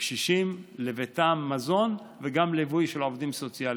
קשישים, וגם ליווי של עובדים סוציאליים.